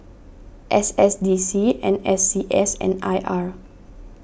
S S D C N S C S and I R